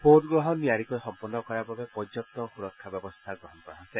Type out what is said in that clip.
ভোটগ্ৰহণ নিয়াৰিকৈ সম্পন্ন কৰাৰ বাবে পৰ্যপ্তি সুৰক্ষা ব্যৱস্থা গ্ৰহণ কৰা হৈছে